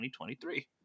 2023